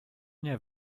nie